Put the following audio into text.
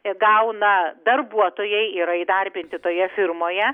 gauna darbuotojai yra įdarbinti toje firmoje